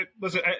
listen